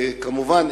וכמובן,